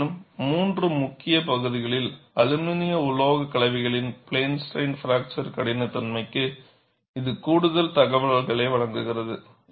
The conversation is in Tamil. இருப்பினும் மூன்று முக்கிய பகுதிகளில் அலுமினிய உலோகக் கலவைகளின் பிளேன் ஸ்ட்ரைன்பிராக்சர் கடினத்தன்மைக்கு இது கூடுதல் தகவல்களை வழங்குகிறது